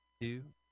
two